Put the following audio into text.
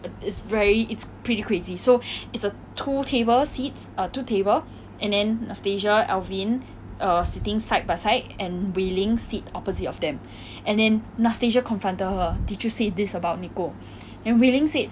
it's very it's pretty crazy so it's a two table seats err two table and then anastasia alvin err sitting side by side and wei ling sit opposite of them and then anastasia confronted her did you say this about nicole and wei ling said